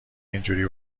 اینجوری